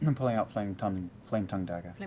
and pulling out flametongue flametongue dagger.